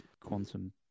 quantum